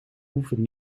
hoeven